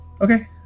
Okay